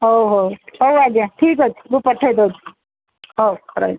ହଉ ହଉ ହଉ ଆଜ୍ଞା ଠିକ୍ ଅଛି ମୁଁ ପଠେଇଦଉଛି ହଉ ରହିଲି